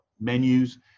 menus